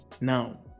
Now